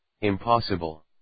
impossible